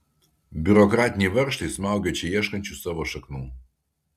biurokratiniai varžtai smaugia čia ieškančius savo šaknų